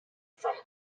from